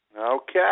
okay